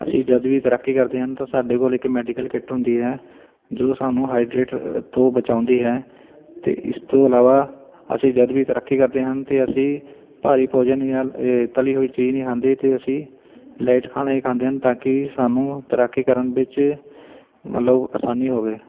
ਅਸੀਂ ਜਦ ਵੀ ਤੈਰਾਕੀ ਕਰਦੇ ਹਨ ਤਾਂ ਸਾਡੇ ਕੋਲ ਇੱਕ ਮੈਡੀਕਲ ਕਿੱਟ ਹੁੰਦੀ ਹੈ ਜੋ ਸਾਨੂੰ ਹਾਈਡਰੇਟ ਤੋਂ ਬਚਾਉਂਦੀ ਹੈ ਅਤੇ ਇਸ ਤੋਂ ਇਲਾਵਾ ਅਸੀਂ ਜਦ ਵੀ ਤੈਰਾਕੀ ਕਰਦੇ ਹਨ ਅਤੇ ਅਸੀਂ ਭਾਰੀ ਭੋਜਨ ਜਾਂ ਲ ਇਹ ਤਲੀ ਹੋਈ ਚੀਜ਼ ਨਹੀਂ ਖਾਂਦੇ ਅਤੇ ਅਸੀਂ ਲਾਈਟ ਖਾਣਾ ਹੀ ਖਾਂਦੇ ਹਨ ਤਾਂ ਕਿ ਸਾਨੂੰ ਤੈਰਾਕੀ ਕਰਨ ਵਿੱਚ ਮਤਲਬ ਆਸਾਨੀ ਹੋਵੇ